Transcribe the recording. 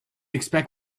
expect